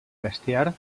bestiar